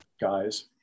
guys